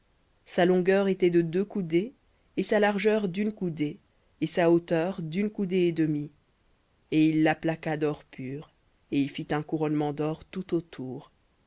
sa longueur était de deux coudées et sa largeur d'une coudée et sa hauteur d'une coudée et demie et il la plaqua d'or pur et y fit un couronnement d'or tout autour